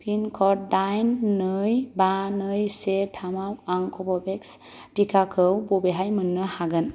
pin code दाइन नै बा नै से थामआव आं कव'भेक्स टिकाखौ बबेहाय मोन्नो हागोन